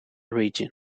region